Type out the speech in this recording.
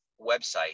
website